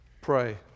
pray